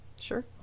Sure